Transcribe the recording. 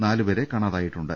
നാലുപേരെ കാണാതിയിട്ടുണ്ട്